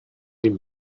dem